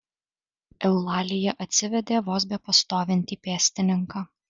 eulalija atsivedė vos bepastovintį pėstininką